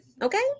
Okay